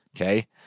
okay